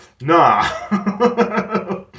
Nah